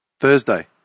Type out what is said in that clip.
Thursday